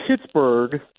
Pittsburgh